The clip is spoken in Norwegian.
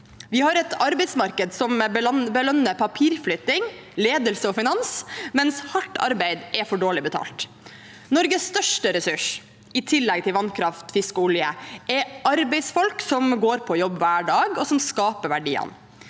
Vi har et arbeidsmarked som belønner papirflytting, ledelse og finans, mens hardt arbeid er for dårlig betalt. Norges største ressurs – i tillegg til vannkraft, fisk og olje – er arbeidsfolk, som går på jobb hver dag, og som skaper verdiene.